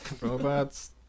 Robots